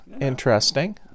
Interesting